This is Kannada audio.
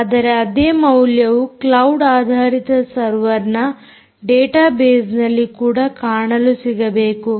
ಆದರೆ ಅದೇ ಮೌಲ್ಯವು ಕ್ಲೌಡ್ ಆಧಾರಿತ ಸರ್ವರ್ನ ಡಾಟಾ ಬೇಸ್ನಲ್ಲಿ ಕೂಡ ಕಾಣಲು ಸಿಗಬೇಕು